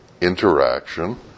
interaction